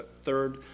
third